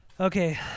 Okay